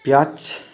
ପିଆଜ୍